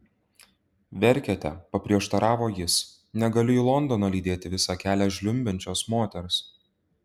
verkiate paprieštaravo jis negaliu į londoną lydėti visą kelią žliumbiančios moters